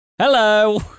Hello